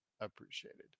appreciated